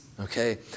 Okay